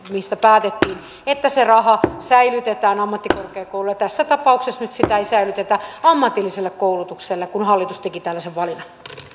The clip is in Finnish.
mistä päätettiin että se raha säilytetään ammattikorkeakouluilla tässä tapauksessa sitä ei nyt säilytetä ammatillisessa koulutuksessa kun hallitus teki tällaisen valinnan